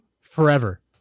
forever